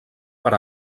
per